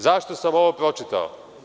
Zašto sam ovo pročitao?